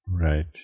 Right